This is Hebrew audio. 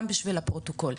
גם בשביל הפרוטוקול,